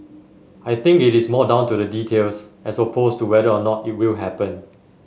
I think it is more down to the details as opposed to whether or not it will happen